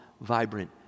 vibrant